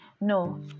No